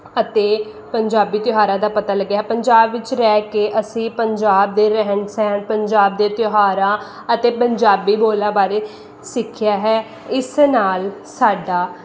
ਅਤੇ ਪੰਜਾਬੀ ਤਿਉਹਾਰਾਂ ਦਾ ਪਤਾ ਲੱਗਿਆ ਪੰਜਾਬ ਵਿੱਚ ਰਹਿ ਕੇ ਅਸੀਂ ਪੰਜਾਬ ਦੇ ਰਹਿਣ ਸਹਿਣ ਪੰਜਾਬ ਦੇ ਤਿਉਹਾਰਾਂ ਅਤੇ ਪੰਜਾਬੀ ਬੋਲਾਂ ਬਾਰੇ ਸਿੱਖਿਆ ਹੈ ਇਸ ਨਾਲ ਸਾਡਾ